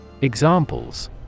Examples